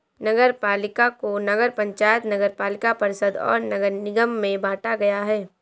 नगरपालिका को नगर पंचायत, नगरपालिका परिषद और नगर निगम में बांटा गया है